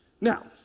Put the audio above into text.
Now